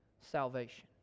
salvation